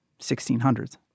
1600s